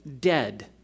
dead